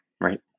Right